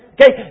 Okay